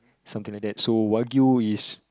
somthing like that so wagyu is